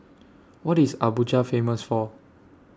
What IS Abuja Famous For